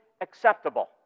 acceptable